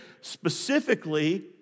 specifically